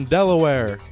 Delaware